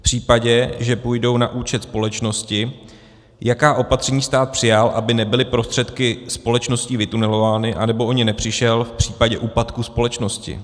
V případě, že půjdou na účet společnosti, jaká opatření stát přijal, aby nebyly prostředky společností vytunelovány anebo o ně nepřišel v případě úpadku společnosti?